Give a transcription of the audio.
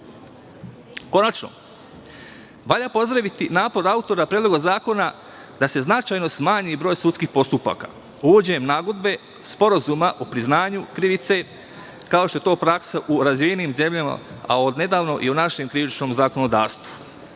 postupku? Konačno, valja pozdraviti napor autora Predloga zakona da se značajno smanji broj sudskih postupaka uvođenjem nagodbe, sporazuma o priznanju krivice, kao što je to praksa u razvijenim zemljama, a od nedavno i u našem krivičnom zakonodavstvu.